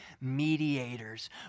mediators